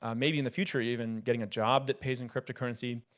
um maybe in the future, even getting a job that pays in cryptocurrency.